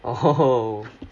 oh [ho] [ho]